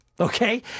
Okay